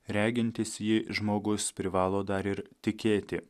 regintis jį žmogus privalo dar ir tikėti